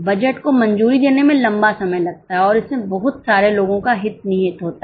budget को मंजूरी देने में लंबा समय लगता है और इसमें बहुत सारे लोगों का हित निहित होता है